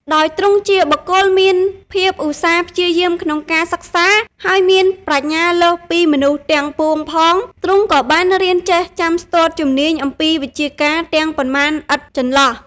ដោយទ្រង់ជាបុគ្គលមានភាពឧស្សាហ៍ព្យាយាមក្នុងការសិក្សា ហើយមានប្រាជ្ញាលើសពីមនុស្សទាំងពួងផង ទ្រង់ក៏បានរៀនចេះចាំស្ទាត់ជំនាញអំពីវិជ្ជាការទាំងប៉ុន្មានឥតចន្លោះ។